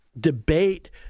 debate